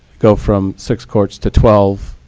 go from six courts to twelve.